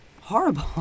horrible